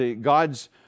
God's